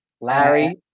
Larry